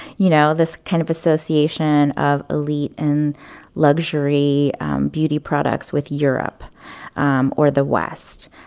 you know, this kind of association of elite and luxury beauty products with europe um or the west.